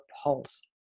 pulse